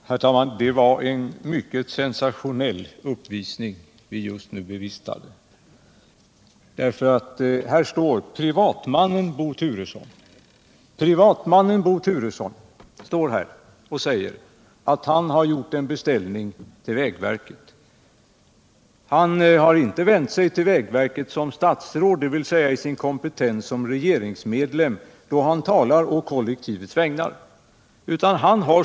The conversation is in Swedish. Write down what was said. Herr talman! Det var en mycket sensationell uppvisning vi just nu Torsdagen den bevistade! Här står privatmannen Bo Turesson och säger att han har gjort en 18 maj 1978 beställning till vägverket. Han har inte vänt sig till vägverket som statsråd, dvs. i sin kompetens som regeringsmedlem, och talat på kollektivets vägnar.